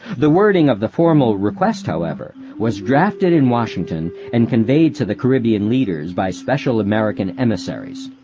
the wording of the formal request, however, was drafted in washington and conveyed to the caribbean leaders by special american emissaries.